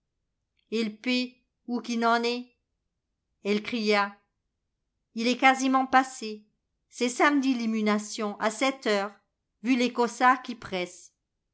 pé où qui n'en est elle cria il est quasiment passé c'est samedi l'imunation à sept heures vu les cossards qui pressent